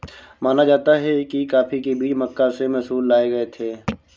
माना जाता है कि कॉफी के बीज मक्का से मैसूर लाए गए थे